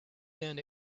men